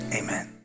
amen